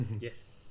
Yes